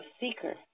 seeker